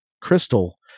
Crystal